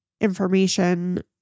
information